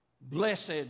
Blessed